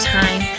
time